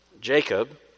Jacob